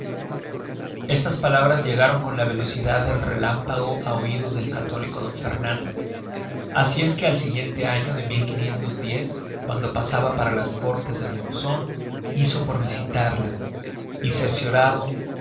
estas palabras llegaron con la velocidad del relámpago á oidos del católico d fernando asi es que al siguiente año de cuando pasaba para las córtes de monzon hizo por visitarla y cerciorado